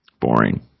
boring